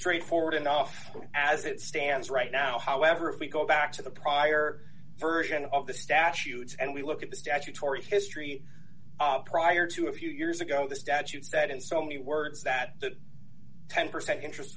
straightforward enough as it stands right now however if we go back to the prior version of the statutes and we look at the statutory history prior to a few years ago the statute that in so many words that the ten percent interest